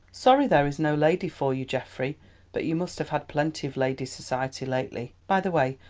sorry there is no lady for you, geoffrey but you must have had plenty of ladies' society lately. by the way,